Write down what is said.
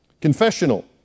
Confessional